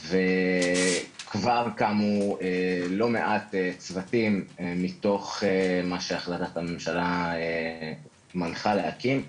כבר קמו לא מעט צוותים מתוך מה שהחלטת הממשלה מנחה להקים.